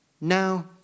Now